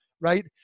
right